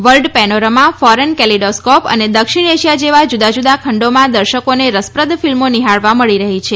world panorama foreign kaleidoscope અને દક્ષિણ Asia જેવા જુદા જુદા ખંડોમાં દર્શકોને રસપ્રદ ફિલ્મો નિહાળવા મળી રહી છે